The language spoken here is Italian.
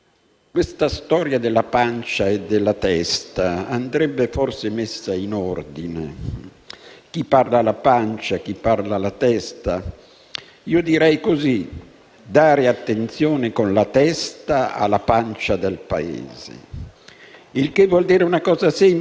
il che vuol dire una cosa semplice, oggi però difficile da praticare: interpretare politicamente il disagio sociale e curare con la politica, non con l'antipolitica (anzi, contro l'antipolitica), la sofferenza di chi sta male.